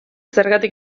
zergatik